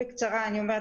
בקצרה אני אומר,